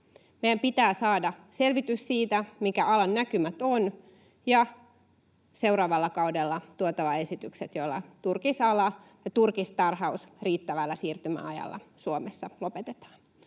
Meidän pitää saada selvitys siitä, mitkä alan näkymät ovat, ja seuraavalla kaudella tuotava esitykset, joilla turkisala ja turkistarhaus riittävällä siirtymäajalla Suomessa lopetetaan.